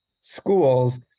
schools